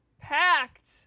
Packed